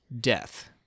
death